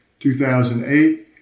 2008